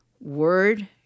word